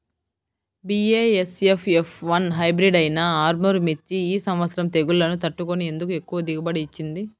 BASF F one hybrid అయినా ఆర్ముర్ మిర్చి ఈ సంవత్సరం తెగుళ్లును తట్టుకొని ఎందుకు ఎక్కువ దిగుబడి ఇచ్చింది?